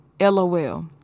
LOL